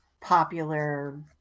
popular